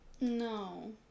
No